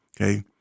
okay